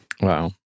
wow